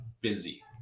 busy